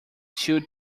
two